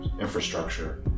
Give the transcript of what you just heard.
infrastructure